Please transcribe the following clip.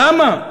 למה?